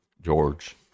George